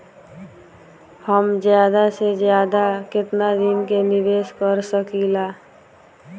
हम ज्यदा से ज्यदा केतना दिन के निवेश कर सकिला?